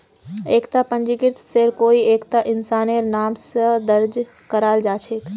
एकता पंजीकृत शेयर कोई एकता इंसानेर नाम स दर्ज कराल जा छेक